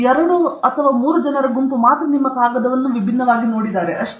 ಎರಡು ಅಥವಾ ಮೂರು ಜನರ ಗುಂಪನ್ನು ನಿಮ್ಮ ಕಾಗದವನ್ನು ವಿಭಿನ್ನವಾಗಿ ನೋಡಿದಷ್ಟೆ